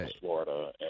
Florida